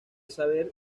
saber